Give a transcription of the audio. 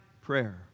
Prayer